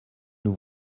nous